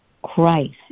Christ